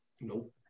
Nope